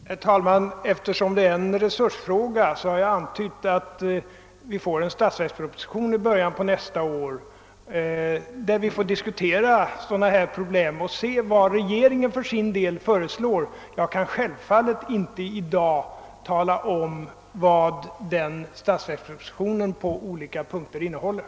Herr talman! Eftersom detta är en resursfråga har jag påmint om att en statsverksproposition kommer att framläggas i början på nästa år och att vi då kan diskutera sådana här problem på basis av vad regeringen för sin del föreslår. Jag kan självfallet inte i dag tala om, vad statsverkspropositionen på olika punkter innehåller.